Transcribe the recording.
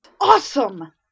awesome